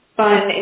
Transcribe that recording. fun